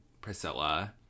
Priscilla